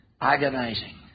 Agonizing